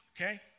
okay